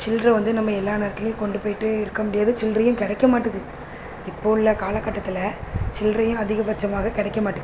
சில்லறை வந்து நம்ம எல்லா நேரத்துலேயும் கொண்டு போயிகிட்டே இருக்கற முடியாது சில்லறையும் கிடைக்க மாட்டுது இப்போ உள்ள காலகட்டத்தில் சில்லறையும் அதிகபட்சமாக கிடைக்கமாட்டிக்கி